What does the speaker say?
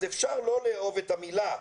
אז אפשר לא לאהוב את המלה,